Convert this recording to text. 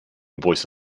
voice